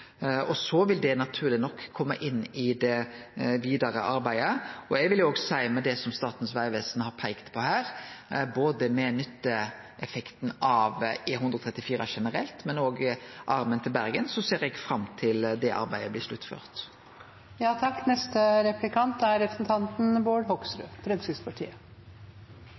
Så vil det naturleg nok kome inn i det vidare arbeidet. Eg vil òg seie at med det som Statens vegvesen har peikt på her, både nytteeffekten av E134 generelt og armen til Bergen, ser eg fram til at det arbeidet blir sluttført. Det er interessant å høre statsråden si at han er